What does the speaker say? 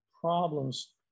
problems